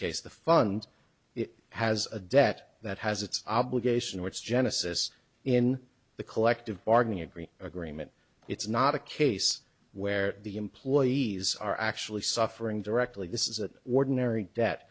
case the fund it has a debt that has its obligation or its genesis in the collective bargaining agreement agreement it's not a case where the employees are actually suffering directly this is